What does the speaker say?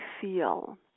feel